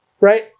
right